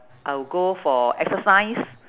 I will go for exercise